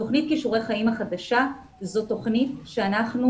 תוכנית כישורי חיים החדשה זו תוכנית שאנחנו